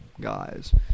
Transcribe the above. guys